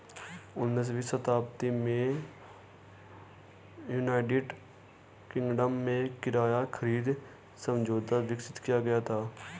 उन्नीसवीं शताब्दी में यूनाइटेड किंगडम में किराया खरीद समझौता विकसित किया गया था